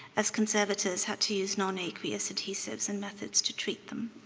as conservators had to use non-aqueous adhesives and methods to treat them.